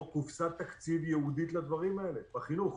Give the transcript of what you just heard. קופסת תקציב ייעודית לדברים האלה בחינוך.